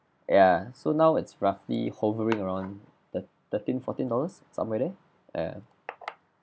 ya so now it's roughly hovering around thir~ thirteen fourteen dollars somewhere there ya